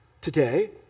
today